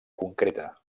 concreta